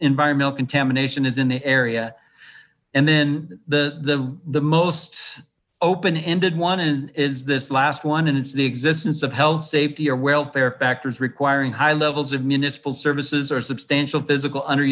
environmental contamination is in the area and then the the most open ended one is this last one and it's the existence of health safety or welfare factors requiring high levels of municipal services or substantial physical under